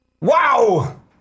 Wow